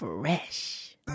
Fresh